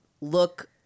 look